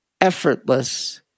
effortless